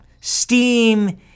steam